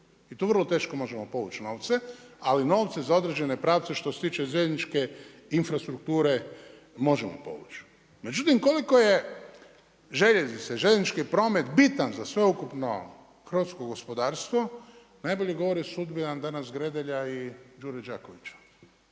i tu vrlo teško možemo povući novce, ali novce za određene pravce što se tiče željezničke infrastrukture možemo povući. Međutim koliko je željeznica i željeznički promet bitan za sveukupno hrvatsko gospodarstvo, najbolje govori sudbina danas Gredelja i Đure Đakovića